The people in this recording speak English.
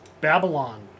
Babylon